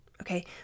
okay